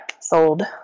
sold